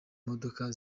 modoka